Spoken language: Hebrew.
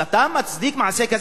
אז אתה מצדיק מעשה כזה?